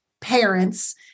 parents